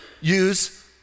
use